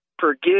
forgive